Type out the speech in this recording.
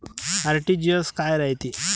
RTGS काय रायते?